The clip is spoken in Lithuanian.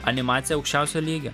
animacija aukščiausio lygio